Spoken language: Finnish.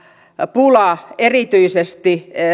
pulaa erityisesti